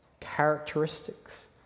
characteristics